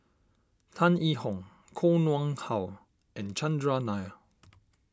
Tan Yee Hong Koh Nguang How and Chandran Nair